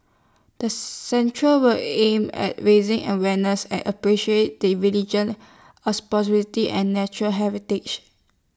the centre will aim at raising awareness and appreciate the religion's and natural heritage